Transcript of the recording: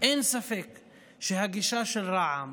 אין ספק שהגישה של רע"מ,